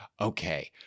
Okay